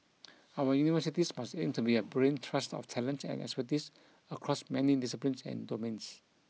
our universities must aim to be a brain trust of talent and expertise across many disciplines and domains